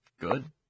good